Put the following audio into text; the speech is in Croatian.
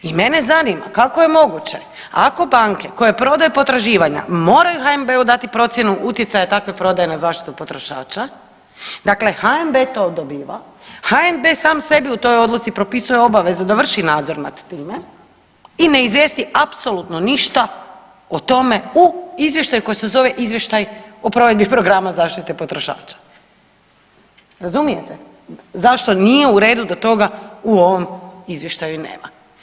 I mene zanima kako je moguće ako banke koje prodaju potraživanja moraju HNB-u dati procjenu utjecaja takve prodaje na zaštitu potrošača, dakle HNB to dobiva, HNB sam sebi u toj odluci propisuje obavezu da vrši nadzor nad time i ne izvijesti apsolutno ništa o tome u izvještaju koji se zove izvještaj o provedbi programa zaštite potrošača, razumijete zašto nije u redu da toga u ovom izvještaju nema.